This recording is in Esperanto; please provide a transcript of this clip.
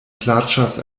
plaĉas